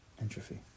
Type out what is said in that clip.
Entropy